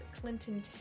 Clinton